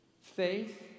Faith